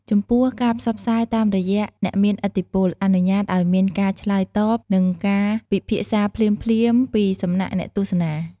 ចំពោះការផ្សព្វផ្សាយតាមរយៈអ្នកមានឥទ្ធិពលអនុញ្ញាតឱ្យមានការឆ្លើយតប និងការពិភាក្សាភ្លាមៗពីសំណាក់អ្នកទស្សនា។